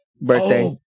birthday